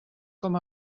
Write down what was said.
com